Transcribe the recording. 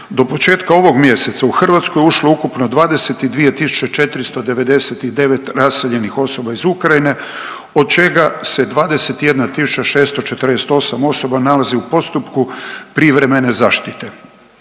Do početka ovog mjeseca u Hrvatsku je ušlo ukupno 22.499 raseljenih osoba iz Ukrajine od čega se 21.648 osoba nalazi u postupku privremene zaštite.